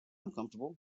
comfortable